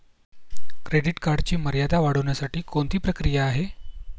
Credit कार्डची मर्यादा वाढवण्यासाठी कोणती प्रक्रिया आहे?